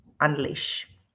unleash